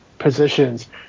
Positions